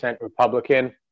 Republican